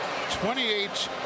28